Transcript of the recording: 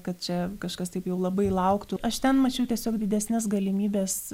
kad čia kažkas taip jau labai lauktų aš ten mačiau tiesiog didesnes galimybes